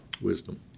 Wisdom